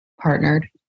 Partnered